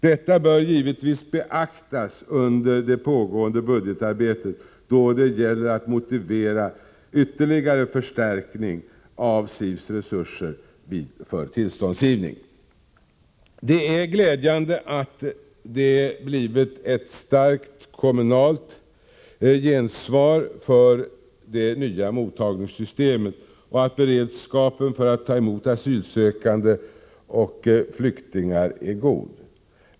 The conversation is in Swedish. Detta bör givetvis beaktas under det pågående budgetarbetet då det gäller att motivera ytterligare förstärkning av SIV:s resurser för tillståndsgivning. Det är glädjande att det blivit ett starkt kommunalt gensvar för det nya mottagningssystemet och att beredskapen för att ta emot asylsökande och flyktingar är god.